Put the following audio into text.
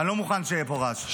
אני לא מוכן שיהיה פה רעש.